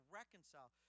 reconcile